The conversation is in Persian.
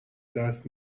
دست